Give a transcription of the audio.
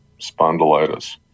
spondylitis